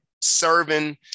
serving